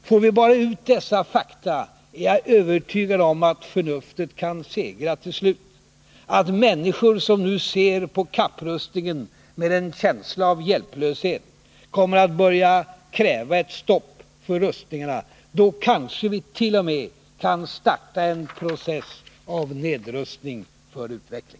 Får vi bara ut dessa fakta är jag övertygad om att förnuftet kan segra till slut, att människor som nu ser på kapprustningen med en känsla av hjälplöshet kommer att börja kräva ett stopp för rustningarna. Då kanske vi t.o.m. kan starta en process av nedrustning för utveckling.